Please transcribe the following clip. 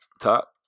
top